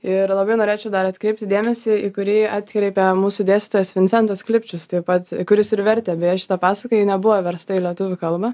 ir labai norėčiau dar atkreipti dėmesį į kurį atkreipė mūsų dėstytojas vincentas klipčius taip pat kuris ir vertė beje šitą pasaką ji nebuvo versta į lietuvių kalbą